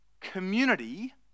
Community